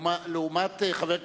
לעומת חבר כנסת,